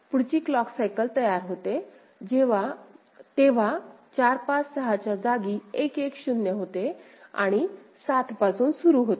पुढची clock cycle तयार होते तेव्हा 4 5 6 च्या जागी 1 1 0 होते आणि 7 पासून सुरु होते